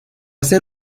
ser